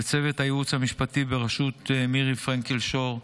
לצוות הייעוץ המשפטי בראשות מירי פרנקל שור,